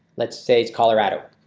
let's say, it's colorado.